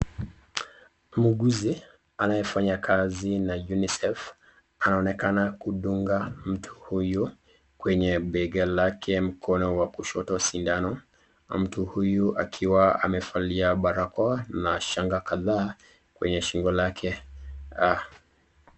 Muuguzi anayefanya kazi na UNICEF anaonekana kudunga mtu huyu kwenye bega kake mkono wa kushoto sindano, mtu huyu akiwa amevalia barakwa na shanga kadhaa kwenye shingo lake.